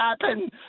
happen